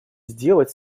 сделать